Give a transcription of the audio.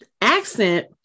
accent